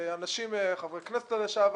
ואנשים מאוד מפורסמים, גם חברי כנסת לשעבר.